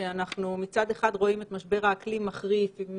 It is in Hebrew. שאנחנו מצד אחד רואים את משבר האקלים מחריף עם